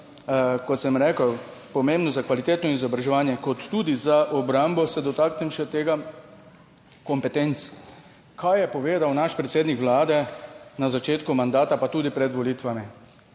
kot sem rekel, pomembno za kvalitetno izobraževanje, kot tudi za obrambo, se dotaknem še tega kompetenc, kaj je povedal naš predsednik Vlade na začetku mandata pa tudi pred volitvami.